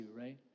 right